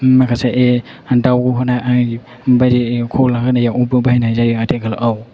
माखासे दावहोनाय बायदि खला होनायावबो बाहायनाय जायो आथिखालाव